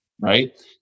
Right